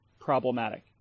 problematic